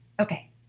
Okay